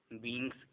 beings